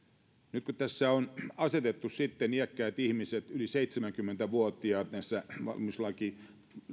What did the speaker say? nyt kun tässä on asetettu sitten iäkkäät ihmiset yli seitsemänkymmentä vuotiaat näissä valmiuslakiin